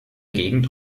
gegend